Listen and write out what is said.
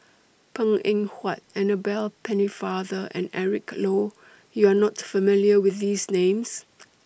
Png Eng Huat Annabel Pennefather and Eric Low YOU Are not familiar with These Names